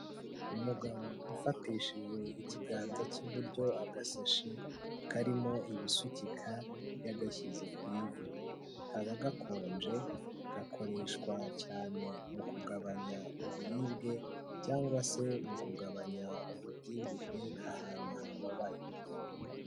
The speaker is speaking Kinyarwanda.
Umugabo ufatishije ikiganza cy'iburyo agasashi, karimo ibisukika, yagashyize ku ivi. Kaba gakonje, gakoreshwa cyane mu kugabanya uburibwe, cyangwa se mu kugabanya ububyimbirwe ahantu hababaye.